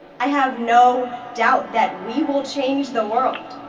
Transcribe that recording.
i have no doubt that we will change the world,